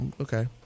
Okay